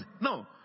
no